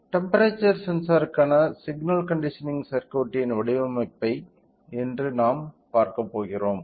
temperature சென்சாருக்கான signal conditioning சர்க்யூட்டின் வடிவமைப்பை இன்று நாம் பார்க்கப் போகிறோம்